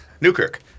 Newkirk